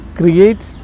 create